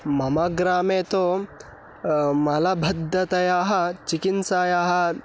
मम ग्रामे तु मलबद्धतायाः चिकित्सायाः